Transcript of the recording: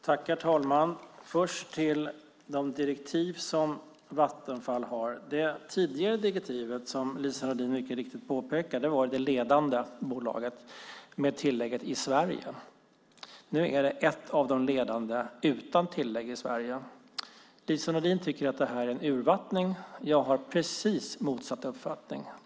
Herr talman! Låt mig först säga något om de direktiv som Vattenfall har. Det tidigare direktivet var, som Lise Nordin mycket riktigt påpekade, att man skulle vara "det ledande bolaget" med tillägget "i Sverige". Nu står det att man ska vara "ett av de ledande" utan tillägget "i Sverige". Lise Nordin tycker att det här är en urvattning. Jag har precis motsatt uppfattning.